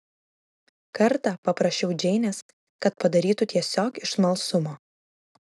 kartą paprašiau džeinės kad padarytų tiesiog iš smalsumo